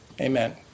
Amen